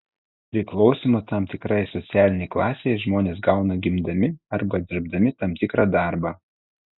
priklausymą tam tikrai socialinei klasei žmonės gauna gimdami arba dirbdami tam tikrą darbą